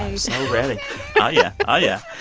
so ready oh, yeah. oh, yeah.